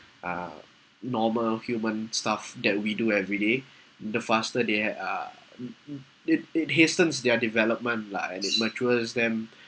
uh normal human stuff that we do every day the faster they had uh mm mm it it hastens their development lah and it matures them